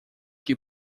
que